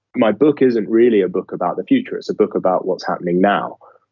my book isn't really a book about the future. it's a book about what's happening now.